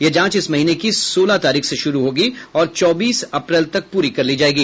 यह जांच इस महीने की सोलह तारीख से शुरू होगी और चौबीस अप्रैल तक पूरी कर ली जाएगी